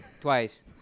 Twice